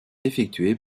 effectués